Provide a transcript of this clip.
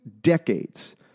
decades